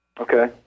Okay